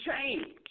change